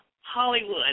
Hollywood